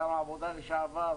שר העבודה והרווחה לשעבר,